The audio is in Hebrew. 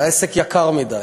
והעסק יקר מדי.